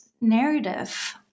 narrative